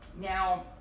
Now